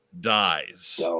dies